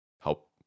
help